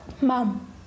mom